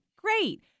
great